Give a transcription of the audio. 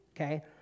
okay